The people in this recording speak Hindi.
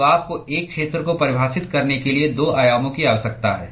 तो आपको एक क्षेत्र को परिभाषित करने के लिए 2 आयामों की आवश्यकता है